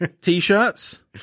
t-shirts